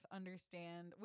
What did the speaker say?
understand